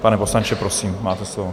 Pane poslanče, prosím, máte slovo.